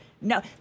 no